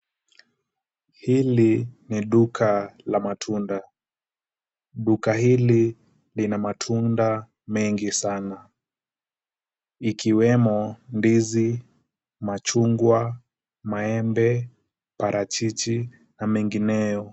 Hili ni duka la matunda. Duka hili lina matunda mengi sana ikiwemo ndizi, machungwa, maembe, parachichi na mengineyo.